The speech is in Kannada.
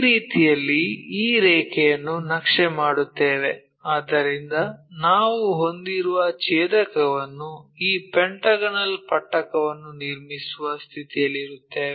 ಈ ರೀತಿಯಲ್ಲಿ ಈ ರೇಖೆಯನ್ನು ನಕ್ಷೆ ಮಾಡುತ್ತೇವೆ ಅದರಿಂದ ನಾವು ಹೊಂದಿರುವ ಛೇದಕಗಳನ್ನು ಈ ಪೆಂಟಾಗೋನಲ್ ಪಟ್ಟಕವನ್ನು ನಿರ್ಮಿಸುವ ಸ್ಥಿತಿಯಲ್ಲಿರುತ್ತೇವೆ